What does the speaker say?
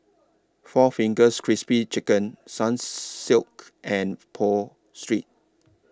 four Fingers Crispy Chicken Sun Silk and Pho Street